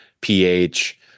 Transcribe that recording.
pH